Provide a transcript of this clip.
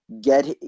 get –